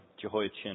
Jehoiachin